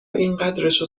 اینقدرشو